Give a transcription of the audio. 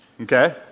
Okay